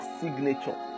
signature